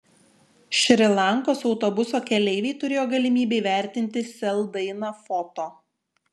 šri lankos autobuso keleiviai turėjo galimybę įvertinti sel dainą foto